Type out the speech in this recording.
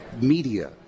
Media